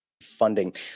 funding